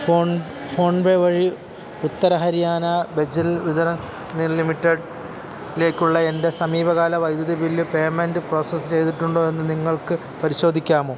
phone PhonePe വഴി Uttar Haryana Bijli Vitran Nigam limited ലേക്കുള്ള എൻ്റെ സമീപകാല വൈദ്യുതി ബിൽ പേയ്മെൻ്റ് പ്രോസസ്സ് ചെയ്തിട്ടുണ്ടോ എന്ന് നിങ്ങൾക്ക് പരിശോധിക്കാമോ